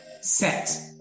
set